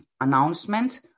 announcement